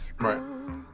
Right